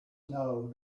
know